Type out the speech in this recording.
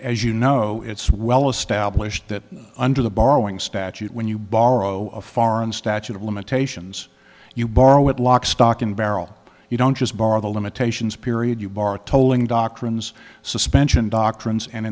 as you know it's well established that under the borrowing statute when you borrow a foreign statute of limitations you borrow it lock stock and barrel you don't just borrow the limitations period you borrowed tolling doctrines suspension doctrines and